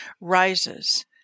rises